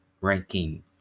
ranking